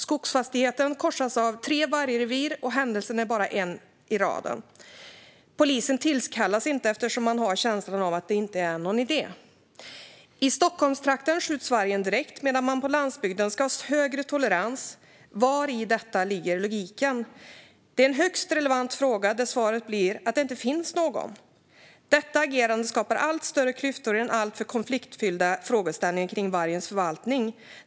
Skogsfastigheten korsas av tre vargrevir, och händelsen är bara en i raden. Polisen tillkallas inte eftersom man känner att det inte är någon idé. I Stockholmstrakten skjuts vargen direkt medan man på landsbygden ska ha högre tolerans. Var finns logiken i detta? Det är en högst relevant fråga, och svaret är att det inte finns någon. Detta agerande skapar allt större klyftor i den alltför konfliktfyllda frågan om vargens förvaltning.